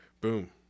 boom